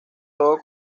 todo